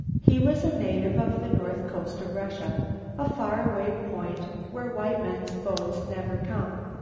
he was a native of the north coast of russia a far away point where white men's boats never come.